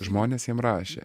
žmonės jam rašė